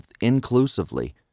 inclusively